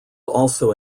also